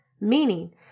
Meaning